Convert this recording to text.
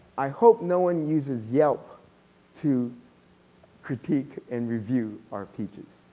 i hope no one uses yelp to critique and review our peaches,